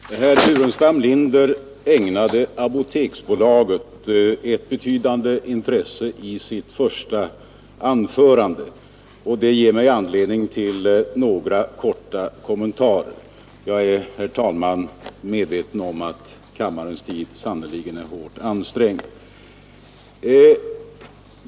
Herr talman! Herr Burenstam Linder ägnade Apoteksbolaget ett betydande intresse i sitt första anförande, och det ger mig anledning till några korta kommentarer. Jag är, herr talman, medveten om att kammarens tid sannerligen är hårt ansträngd.